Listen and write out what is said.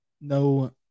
no